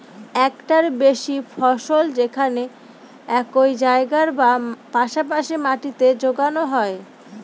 একটার বেশি ফসল যেখানে একই জায়গায় বা পাশা পাশি মাটিতে যোগানো হয়